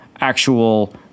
actual